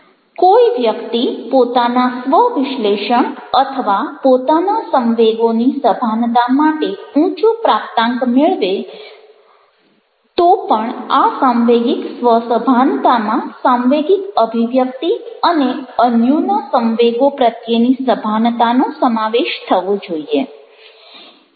કોઈ વ્યક્તિ પોતાનાં સ્વ વિશ્લેષણ અથવા પોતાના સંવેગોની સભાનતા માટે ઊંચો પ્રાપ્તાંક મેળવે તો પણ આ સાંવેગિક સ્વ સભાનતામાં સાંવેગિક અભિવ્યક્તિ અને અન્યોના સંવેગો પ્રત્યેની સભાનતાનો સમાવેશ થવો જોઇએ